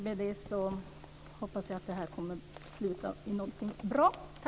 Jag hoppas att det här kommer att sluta i någonting som blir bra.